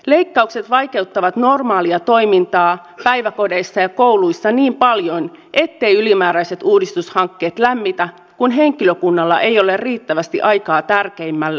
leikkaukset vaikeuttavat normaalia toimintaa päiväkodeissa ja kouluissa niin paljon etteivät ylimääräiset uudistushankkeet lämmitä kun henkilökunnalla ei ole riittävästi aikaa tärkeimmälle